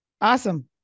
awesome